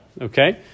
Okay